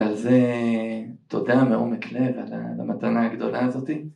על זה תודה מעומק לב על המתנה הגדולה הזאתי